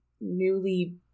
newly